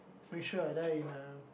make sure I die in a